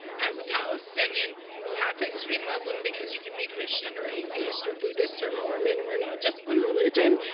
as a palestinian who happens to be muslim because you can be christian or atheist or buddhist or mormon. we're not just one religion.